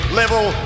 level